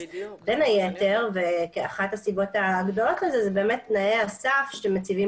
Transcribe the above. בין היתר - ואחת הסיבות הגדולות תנאי הסף שמציבים